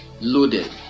loaded